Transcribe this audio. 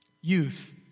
Youth